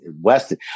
Weston